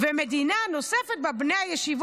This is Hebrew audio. שלא תבקשי להצטופף ליבגני,